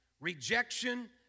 rejection